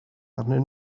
arnyn